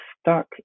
stuck